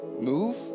move